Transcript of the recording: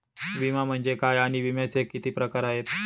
विमा म्हणजे काय आणि विम्याचे किती प्रकार आहेत?